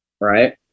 Right